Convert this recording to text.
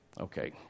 Okay